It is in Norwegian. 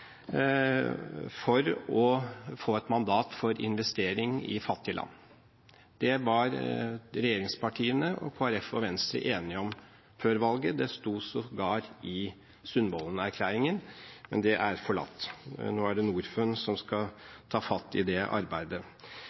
for å få et mandat for investering i fattige land. Det var regjeringspartiene og Kristelig Folkeparti og Venstre enige om før valget. Det sto sågar i Sundvolden-erklæringen, men det er forlatt. Nå er det Norfund som skal ta fatt i det arbeidet.